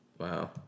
Wow